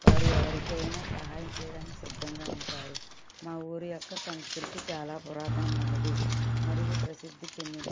వారు ఎవరికైనా సహాయం చేయడానికి సిద్ధంగా ఉంటారు మా ఊరి యొక్క సంస్కృతి చాలా పురాతనమైనది మరియు ప్రసిద్ధి చెందినది